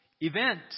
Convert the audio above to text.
event